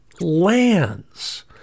lands